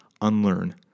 Unlearn